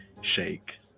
Shake